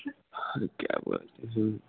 आओर क्या बोलते है